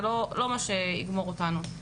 זה לא מה שיגמור אותנו.